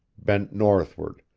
bent northward,